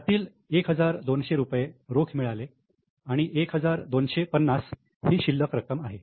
यातील 1200 रुपये रोख मिळाले आणि 1250 ही शिल्लक रक्कम आहे